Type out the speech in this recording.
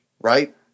Right